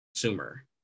consumer